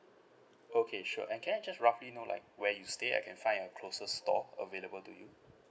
okay sure and can I just roughly know like where you stay I can find a closest store available to you